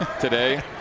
today